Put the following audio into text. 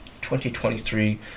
2023